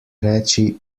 reči